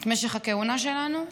משך הכהונה שלנו,